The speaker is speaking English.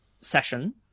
session